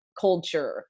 culture